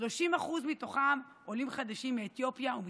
30% מתוכם עולים חדשים מאתיופיה ומצרפת.